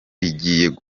rigiye